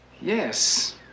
Yes